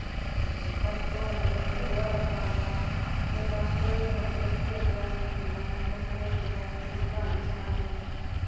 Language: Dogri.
बछदुआह् आंदी भुग्गे दा बर्त आंदा ते बच्छ दुआही दी बर्त रक्खियै बी अस जनानियां कट्ठियां होइयै एह्दी क्हानी सनान्ने